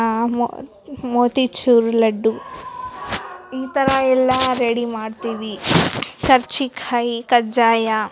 ಮೊ ಮೋತಿ ಚೂರು ಲಡ್ಡು ಈ ಥರಯೆಲ್ಲ ರೆಡಿ ಮಾಡ್ತೀವಿ ಕರ್ಚಿಕಾಯಿ ಕಜ್ಜಾಯ